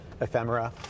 ephemera